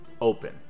open